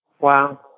Wow